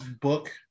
book